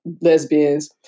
lesbians